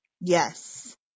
Yes